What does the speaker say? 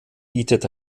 bietet